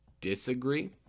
disagree